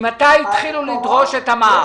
ממתי התחילו לדרוש את המע"מ?